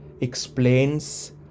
explains